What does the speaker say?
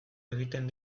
egiten